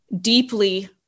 deeply